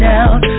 out